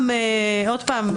עוד פעם,